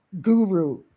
guru